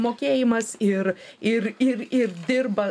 mokėjimas ir ir ir ir dirba